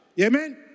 Amen